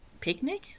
picnic